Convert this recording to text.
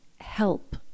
help